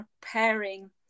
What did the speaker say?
preparing